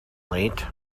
late